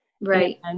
Right